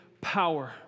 power